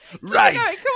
Right